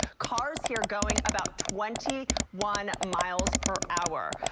cars here going about twenty one miles per hour.